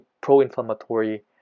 pro-inflammatory